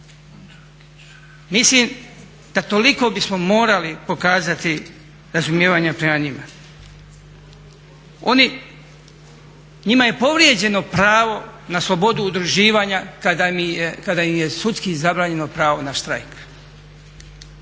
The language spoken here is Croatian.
Mislim da toliko bismo morali pokazati razumijevanje prema njima. Oni, njima je povrijeđeno pravo na slobodu udruživanja kada im je sudski zabranjeno pravo na štrajk.